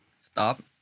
Stop